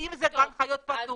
אם זה גן חיות פתוח,